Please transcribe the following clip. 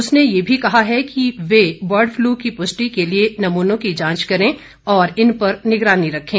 उनसे ये भी कहा गया है कि वे बर्डफ्लू की पुष्टि के लिए नमूनों की जांच करें और इन पर निगरानी रखें